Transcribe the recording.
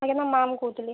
ଆଜ୍ଞା ମୁଁ ମ୍ୟାମ୍ କହୁଥିଲି